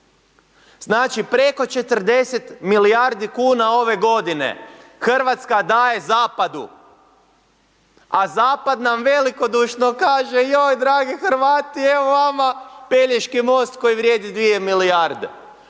Znači preko 40 milijardi kuna ove godine Hrvatska daje zapadu, a zapad nam velikodušno kaže, joj dragi Hrvati evo vama Pelješki most koji vrijedi 2 milijarde.